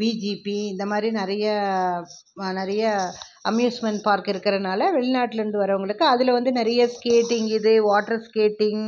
VGP இந்த மாதிரி நிறைய நிறைய அம்யூஸ்மெண்ட் பார்க் இருக்கிறனால வெளிநாட்டில் இருந்து வர்றவங்களுக்கு அதில் வந்து நிறைய ஸ்கேட்டிங்க் இது வாட்டர் ஸ்கேட்டிங்